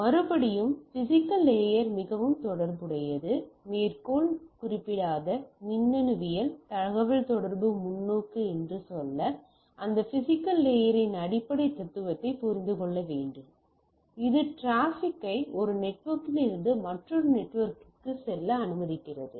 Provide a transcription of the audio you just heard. மறுபடியும் physical layer மிகவும் தொடர்புடையது மேற்கோள் குறிப்பிடப்படாத மின்னணுவியல் மற்றும் தகவல்தொடர்பு முன்னோக்கு என்று சொல்ல அந்த பிசிக்கல் லேயரின் அடிப்படை தத்துவத்தை புரிந்து கொள்ள வேண்டும் இது டிராஃபிக்கை ஒரு நெட்வொர்க்கிலிருந்து மற்றொரு நெட்வொர்க்கிற்கு செல்ல அனுமதிக்கிறது